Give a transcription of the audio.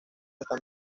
están